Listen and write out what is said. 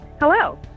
Hello